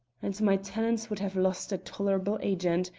and my tenants would have lost a tolerable agent,